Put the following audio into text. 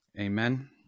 Amen